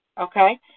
Okay